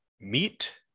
meet